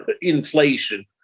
inflation